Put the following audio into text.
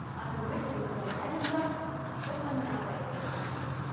i'm originally from edinburgh but i'm now based in london.